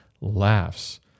laughs